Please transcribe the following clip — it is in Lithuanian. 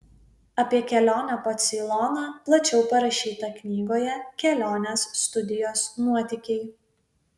apie kelionę po ceiloną plačiau parašyta knygoje kelionės studijos nuotykiai